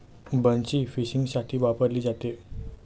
बन्सी फिशिंगसाठी वापरली जाते